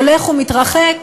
הולך ומתרחק,